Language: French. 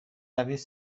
avez